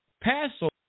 passover